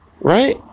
Right